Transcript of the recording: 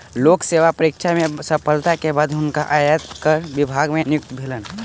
लोक सेवा परीक्षा में सफलता के बाद हुनका आयकर विभाग मे नियुक्ति भेलैन